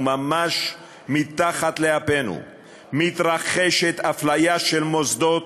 וממש מתחת לאפינו מתרחשת אפליה של מוסדות